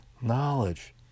knowledge